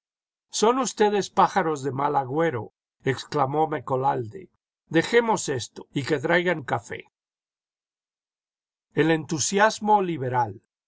son ustedes pájaros de mal agüero exclamó mecolalde dejemos esto y que traigan café el entusiasmo liberal